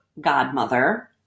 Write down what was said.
godmother